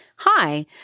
Hi